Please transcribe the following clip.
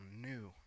new